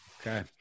Okay